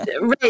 Right